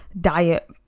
diet